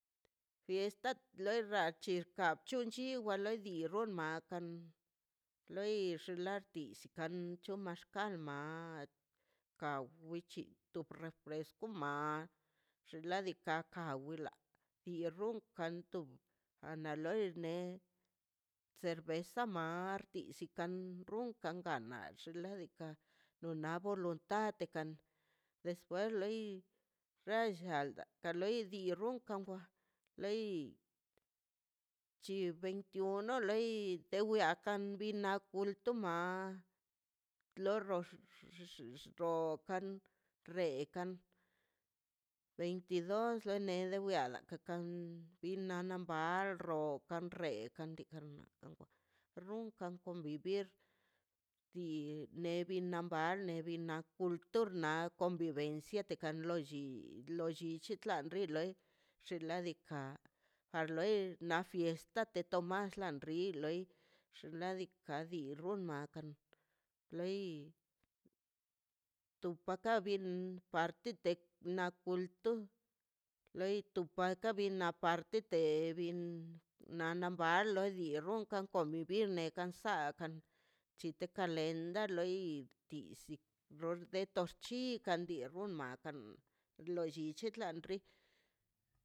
Fiesta la ra chita chunchi wa loi di man ran loi xladi kan to maxkal ma kawi chin to refresco ma xinladika kan wila ti ronkan to ana loi ne cerveza marti isi kan runkan rran kan ladika no na voluntad kan despues loi rollada ta loi di ronkan wa loi chi veintiuno loi te wwiakan bin na kulto ma lo xxen do to kan re kan veintidos lonede wiada lo bi runkan convivir dii neba ni bal nevina kultor na na convivencia tekan lolli lollichi te klan bi loi ladika ar loi na fiesta de tomás dan rin loi xnaꞌ diikaꞌ di runna makan loi tu pakan bin parti tek na kulto loi ru paka bin na tetə bien na nan balo dii ronkan kombi vivir ne kansad nakan chite kalenda lei tisilor de to chi sandi ur mangan lo llichi tlan ri.